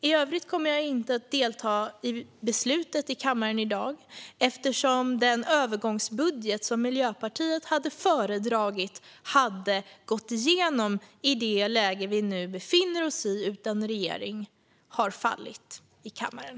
I övrigt kommer jag inte att delta i beslutet i kammaren i dag, eftersom den övergångsbudget som Miljöpartiet hade föredragit i det läge vi nu befinner oss - utan regering - har fallit i kammaren.